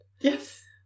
Yes